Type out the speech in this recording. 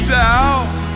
doubt